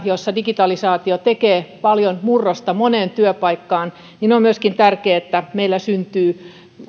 jossa digitalisaatio tekee paljon murrosta moneen työpaikkaan on myöskin tärkeää että meillä syntyy